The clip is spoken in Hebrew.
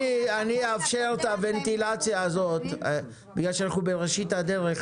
אאפשר את הוונטילציה הזאת בגלל שאנחנו בראשית הדרך,